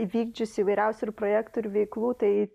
įvykdžiusi įvairiausių ir projektų ir veiklų tai